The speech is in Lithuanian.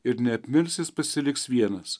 ir neapmirs jis pasiliks vienas